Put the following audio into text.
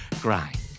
Grind